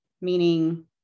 meaning